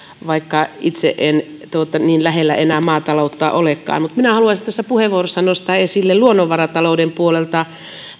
vaikka itse en niin lähellä enää maataloutta olekaan haluaisin tässä puheenvuorossa nostaa esille luonnonvaratalouden puolelta